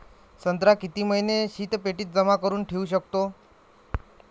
संत्रा किती महिने शीतपेटीत जमा करुन ठेऊ शकतो?